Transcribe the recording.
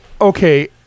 okay